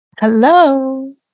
Hello